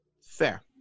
Fair